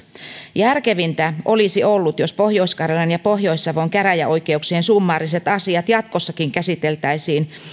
järkevintä olisi ollut jos pohjois karjalan ja pohjois savon käräjäoikeuksien summaariset asiat jatkossakin käsiteltäisiin